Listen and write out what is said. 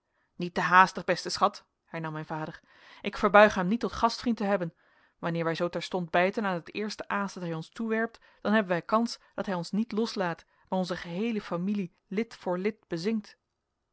niet te haastig beste schat hernam mijn vader ik verbuig hem niet tot gastvriend te hebben wanneer wij zoo terstond bijten aan het eerste aas dat hij ons toewerpt dan hebben wij kans dat hij ons niet loslaat maar onze geheele familie lid voor lid bezingt